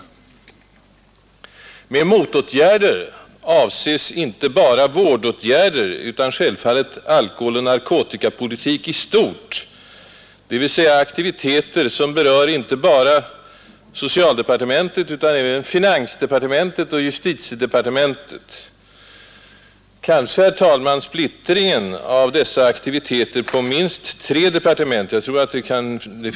Med motåtgärder avses här inte bara vårdåtgärder, utan självfallet alkoholoch narkotikapolitiska åtgärder i stort, dvs. aktiviteter som berör såväl socialdepartementet och finansdepartementet som justitiedepartementet. Kanske, herr talman, splittringen av dessa aktiviteter på minst tre departement — jag tror det f.ö.